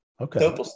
Okay